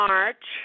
March